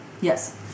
Yes